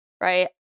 right